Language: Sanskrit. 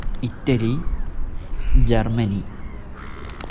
Italy Germany